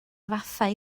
fathau